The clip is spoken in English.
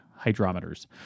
hydrometers